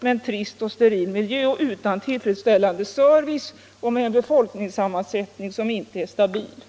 med en trist och steril miljö, utan tillfredsställande service och med en befolkningssammansättning som inte är stabil.